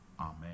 amen